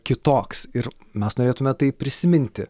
kitoks ir mes norėtume tai prisiminti